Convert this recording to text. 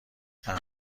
ابرها